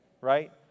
Right